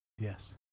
Yes